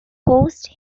caused